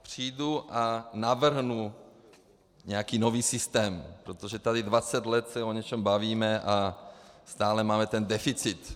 Přijdu a navrhnu nějaký nový systém, protože se tady dvacet let o něčem bavíme a stále máme deficit.